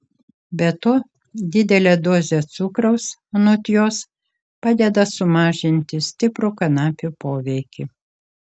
be to didelė dozė cukraus anot jos padeda sumažinti stiprų kanapių poveikį